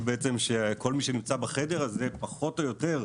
בעצם שכל מי שנמצא בחדר הזה פחות ו יותר,